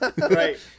right